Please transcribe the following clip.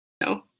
No